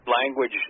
language